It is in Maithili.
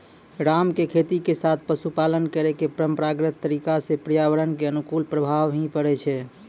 राम के खेती के साथॅ पशुपालन करै के परंपरागत तरीका स पर्यावरण कॅ अनुकूल प्रभाव हीं पड़ै छै